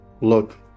look